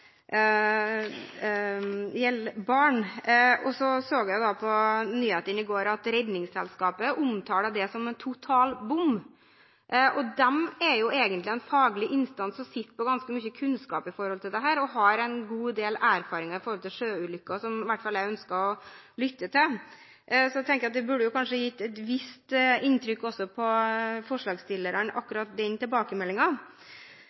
som en total bom. De er egentlig en faglig instans og sitter på ganske mye kunnskap om dette, og de har en god del erfaringer med sjøulykker som i hvert fall jeg ønsker å lytte til. Så akkurat den tilbakemeldingen burde kanskje gjort et visst inntrykk på forslagsstillerne.